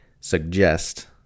Suggest